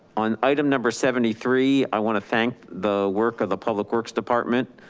on item number seventy three, i want to thank the work of the public works department.